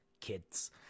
Kids